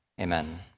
Amen